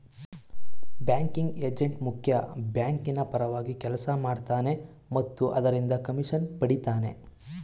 banking agent ಮುಖ್ಯ ಬ್ಯಾಂಕಿನ ಪರವಾಗಿ ಕೆಲಸ ಮಾಡ್ತನೆ ಮತ್ತು ಅದರಿಂದ ಕಮಿಷನ್ ಪಡಿತನೆ